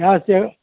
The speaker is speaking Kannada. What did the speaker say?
ಜಾಸ್ತಿ ಆಗಿ